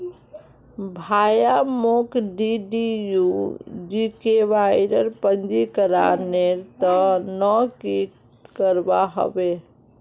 भाया, मोक डीडीयू जीकेवाईर पंजीकरनेर त न की करवा ह बे